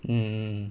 mm